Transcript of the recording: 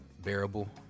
bearable